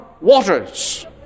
waters